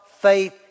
faith